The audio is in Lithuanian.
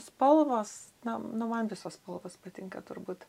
spalvos nu man visos spalvos patinka turbūt